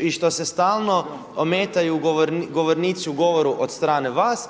i što se stalno ometaju govornici u govoru od strane vas